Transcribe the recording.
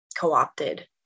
co-opted